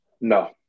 No